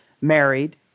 married